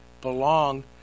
belong